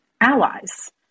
allies